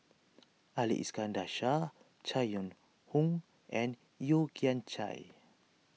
Ali Iskandar Shah Chai Yoong Hon and Yeo Kian Chai